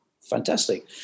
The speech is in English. fantastic